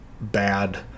bad